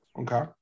Okay